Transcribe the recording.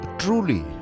truly